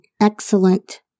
excellent